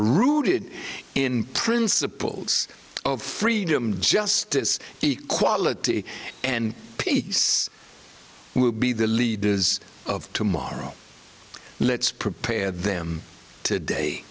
rooted in principles of freedom and justice equality and peace will be the leaders of tomorrow let's prepare them today